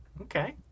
Okay